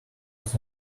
his